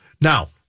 Now